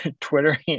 Twitter